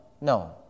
No